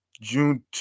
June